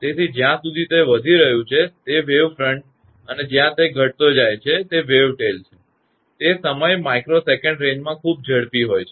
તેથી જ્યાં સુધી તે વધી રહ્યું છે તે વેવ ફ્રન્ટ અને જ્યારે તે ઘટતો જાય છે ત્યારે વેવ ટેલ છે તે સમય માઇક્રોસેકન્ડ રેન્જમાં ખૂબ ઝડપી હોય છે